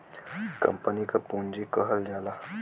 company क पुँजी कहल जाला